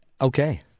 okay